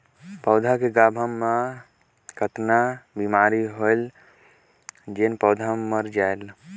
पौधा के गाभा मै कतना बिमारी होयल जोन पौधा मर जायेल?